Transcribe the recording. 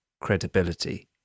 credibility